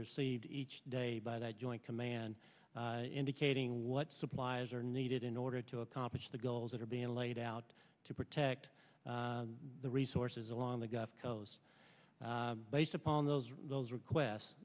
received each day by the joint command indicating what supplies are needed in order to accomplish the goals that are being laid out to protect the resources along the gulf coast based upon those those requests